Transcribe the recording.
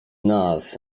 nas